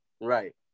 Right